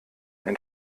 ein